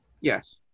Yes